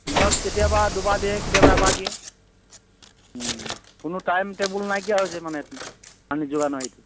দিনত কেতিয়াবা দুবাৰ দিয়ে কেতিয়াবা এবাৰ দিয়ে কোনো টাইম টেবুল নাইকিয়া হৈছে মানে পানী যোগানৰ হেৰিটো